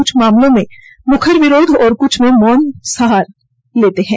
कुछ मामलों में मुखर विरोध और कुछ अन्य में मौन का सहारा लेते हैं